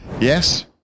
Yes